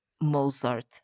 Mozart